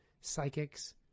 psychics